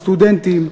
הסטודנטים,